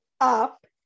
up